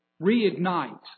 reignite